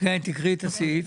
תקראי את הסעיף.